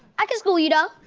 i can school you, though.